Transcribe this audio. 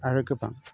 आरो गोबां